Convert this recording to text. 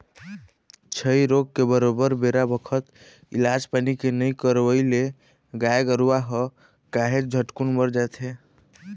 छई रोग के बरोबर बेरा बखत इलाज पानी के नइ करवई ले गाय गरुवा ह काहेच झटकुन मर जाथे